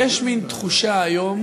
יש מין תחושה היום